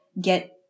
get